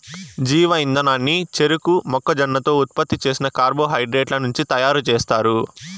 జీవ ఇంధనాన్ని చెరకు, మొక్కజొన్నతో ఉత్పత్తి చేసిన కార్బోహైడ్రేట్ల నుంచి తయారుచేస్తారు